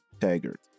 taggart